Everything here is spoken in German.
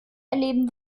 erleben